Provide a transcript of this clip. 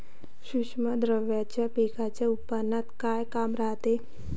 सूक्ष्म द्रव्याचं पिकाच्या उत्पन्नात का काम रायते?